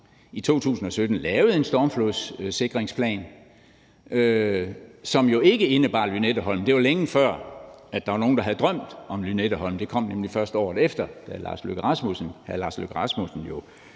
i 2017 lavede en stormflodssikringsplan, som jo ikke indeholdt Lynetteholm. Det var længe før, at der var nogen, der havde drømt om Lynetteholm.Idéen kom nemlig først året efter, da hr. Lars Løkke Rasmussen jo